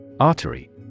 Artery